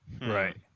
Right